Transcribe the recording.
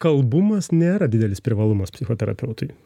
kalbumas nėra didelis privalumas psichoterapeutui